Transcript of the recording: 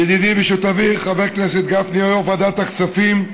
ידידי ושותפי חבר הכנסת גפני, יו"ר ועדת הכספים,